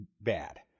bad